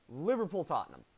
Liverpool-Tottenham